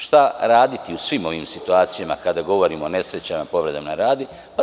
Šta raditi u svi ovim situacijama kada govorimo o nesrećama, o povredama na radu?